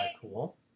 cool